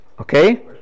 Okay